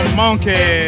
monkey